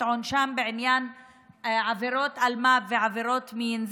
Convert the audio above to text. עונשם בעניין עבירות אלמ"ב ועבירות מין,